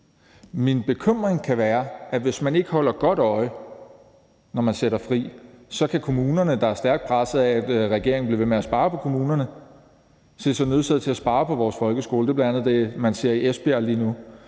Min bekymring kan være, at hvis man ikke holder godt øje med det, når man sætter fri, så kan kommuner, der er stærkt presset af, at regeringen bliver ved med at spare i forhold til kommunerne, se sig nødsaget til at spare på vores folkeskole – det er bl.a. det, man ser i Esbjerg lige nu.